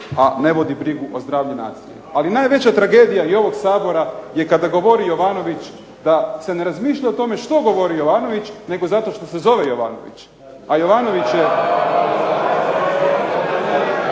a ne vodi brigu o zdravlju nacije. Ali najveća tragedija i ovog Sabora je kada govori Jovanović da se ne razmišlja o tome što govori Jovanović, nego zato što se zove Jovanović. A Jovanović je